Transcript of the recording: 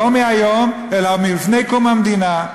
לא מהיום, אלא מלפני קום המדינה.